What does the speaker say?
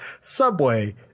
Subway